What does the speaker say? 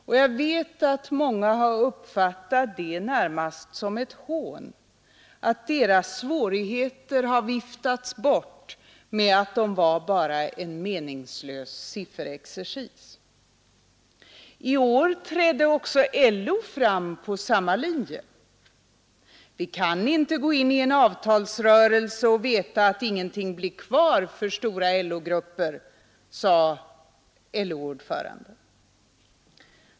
Och jag vet att många har uppfattat det närmast som ett hån att deras svårigheter har viftats bort med att de bara var en meningslös sifferexercis. I år trädde också LO fram på samma linje. Vi kan inte gå in i en avtalsrörelse och veta att ingenting blir kvar för stora LO-grupper, sade LO-ordföranden.